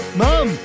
mom